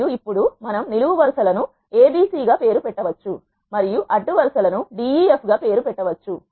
మరియు ఇప్పుడు మనం నిలువు వరుస ల ను abc గా పేరు పెట్ట వచ్చు మరియు అడ్డు వరుస ల ను d e f గా పేరు పెట్ట వచ్చు